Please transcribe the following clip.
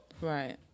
Right